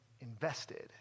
invested